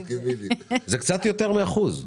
זה קצת יותר מאחוז.